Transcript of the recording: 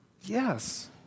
Yes